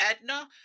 Edna